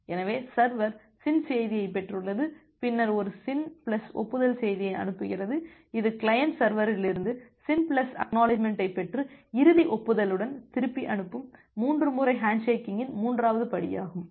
எனவே server SYN செய்தியைப் பெற்றுள்ளது பின்னர் ஒரு SYN பிளஸ் ஒப்புதல் செய்தியை அனுப்புகிறது இது கிளையன்ட் சர்வரிலிருந்து SYN பிளஸ் ACK ஐப் பெற்று இறுதி ஒப்புதலுடன் திருப்பி அனுப்பும் 3 முறை ஹேண்ட்ஷேக்கிங்கின் மூன்றாவது படியாகும்